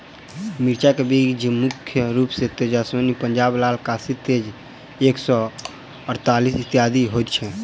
मिर्चा केँ बीज मुख्य रूप सँ तेजस्वनी, पंजाब लाल, काशी तेज एक सै अड़तालीस, इत्यादि होए छैथ?